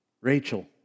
Rachel